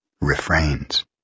refrains